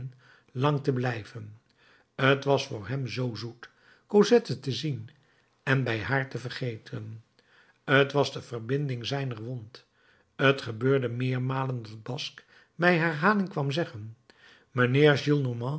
lang te blijven t was voor hem zoo zoet cosette te zien en bij haar te vergeten t was de verbinding zijner wond t gebeurde meermalen dat basque bij herhaling kwam zeggen